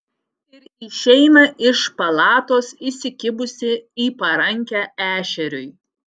ir išeina iš palatos įsikibusi į parankę ešeriui